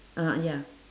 ah ya